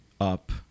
up